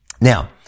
Now